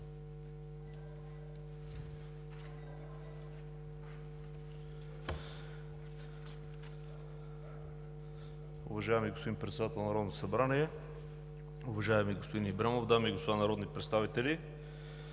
Уважаеми господин Председател на Народното събрание, уважаеми господин Ибрямов, дами и господа народни представители!